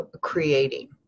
creating